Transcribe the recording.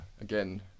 again